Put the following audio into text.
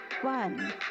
one